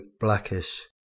blackish